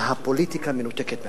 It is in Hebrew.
שהפוליטיקה מנותקת מהעם.